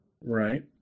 Right